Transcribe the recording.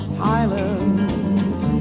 silence